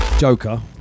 joker